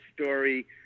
story